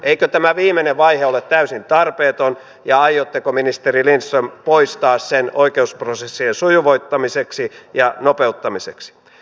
eikö tämä viimeinen vaihe ole täysin tarpeeton ja aiotteko ministeri lindström poistaa sen oikeusprosessien sujuvoittamiseksi ja nopeuttamiseksi